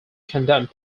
condemned